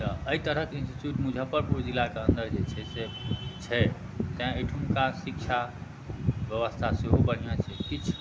तऽ एहि तरहक इन्स्टिच्यूट मुजफ्फरपुर जिलाके अंदर जे से छै से छै तै एहिठुमका शिक्षा व्यवस्था सेहो बढ़िआँ छै किछु